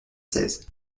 seize